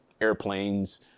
airplanes